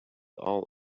all